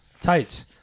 Tight